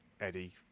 Eddie